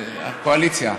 הקואליציה.